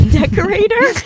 decorator